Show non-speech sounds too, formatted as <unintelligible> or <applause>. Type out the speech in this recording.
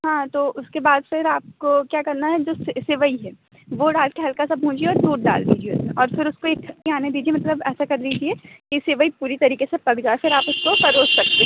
हाँ तो उसके बाद फिर आपको क्या करना है जो सेवई है वो डाल कर हल्का सा भूँजिए और दूध डाल दीजिए और फिर उसको एक <unintelligible> आने दीजिए मतलब ऐसा कर दीजिए कि सेवई पूरी तरीके से पक जाए फिर आप उसको परोस सकते हैं